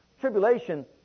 Tribulation